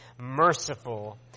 merciful